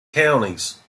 counties